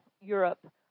Europe